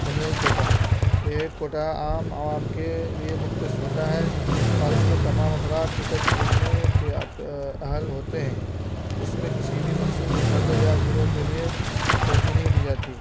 general quota یہ quota عام عوام کے لیے مختص ہوتا ہے اور اس میں تمام افراد ٹکٹ خریدنے کے اہل ہوتے ہیں اس میں کسی بھی مخصوص فرد یا گروہ کے لیے ترجیح نہیں دی جاتی